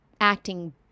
acting